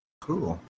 Cool